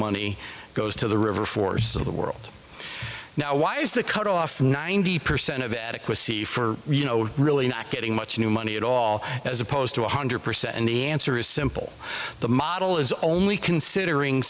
money goes to the river force of the world now why is the cut off ninety percent of adequacy for you know really not getting much new money at all as opposed to one hundred percent and the answer is simple the model is only considering